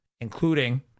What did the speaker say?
including